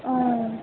ओ